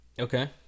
Okay